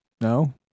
No